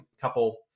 couple